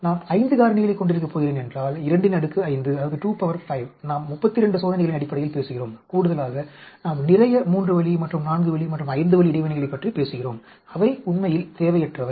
நான் 5 காரணிகளைக் கொண்டிருக்கப் போகிறேன் என்றால் 25 நாம் 32 சோதனைகளின் அடிப்படையில் பேசுகிறோம் கூடுதலாக நாம் நிறைய 3 வழி மற்றும் 4 வழி மற்றும் 5 வழி இடைவினைகளைப் பற்றி பேசுகிறோம் அவை உண்மையில் தேவையற்றவை